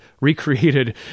recreated